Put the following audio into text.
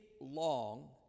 long